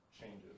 changes